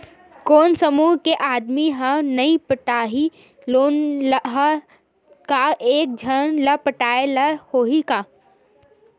कोन समूह के आदमी हा नई पटाही लोन ला का एक झन ला पटाय ला होही का?